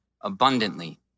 abundantly